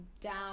down